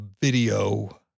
video